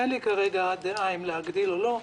אין לי כרגע דעה אם להגדיל או לא.